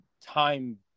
time